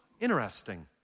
interesting